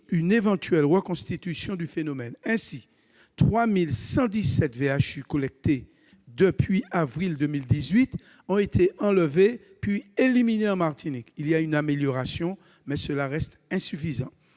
une éventuelle reconstitution du phénomène. Ainsi, 3 117 VHU collectés depuis le mois d'avril 2018 ont été enlevés, puis éliminés en Martinique. Il y a une amélioration, mais cela reste insuffisant.